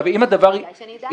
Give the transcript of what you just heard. אז תגיד, שאני אדע.